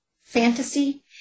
fantasy